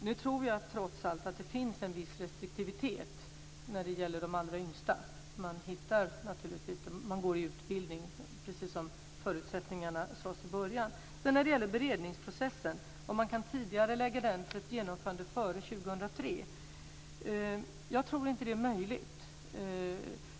Nu tror jag trots allt att det finns en viss restriktivitet när det gäller de allra yngsta. De får gå i utbildning, precis som förutsättningarna sades vara i början. Sedan frågades det om man skulle kunna tidigarelägga beredningsprocessen för ett genomförande före år 2003. Jag tror inte att det är möjligt.